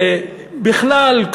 בכלל,